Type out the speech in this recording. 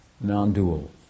non-dual